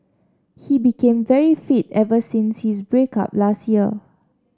he became very fit ever since his break up last year